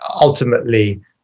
ultimately